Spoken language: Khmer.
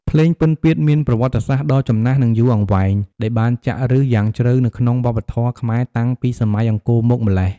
ភ្លេងពិណពាទ្យ មានប្រវត្តិសាស្ត្រដ៏ចំណាស់ និងយូរអង្វែង ដែលបានចាក់ឫសយ៉ាងជ្រៅនៅក្នុងវប្បធម៌ខ្មែរតាំងពីសម័យអង្គរមកម្ល៉េះ។